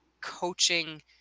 coaching